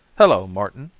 hello, martin,